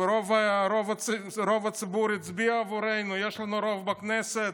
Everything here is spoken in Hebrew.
רוב הציבור הצביע עבורנו, יש לנו רוב בכנסת,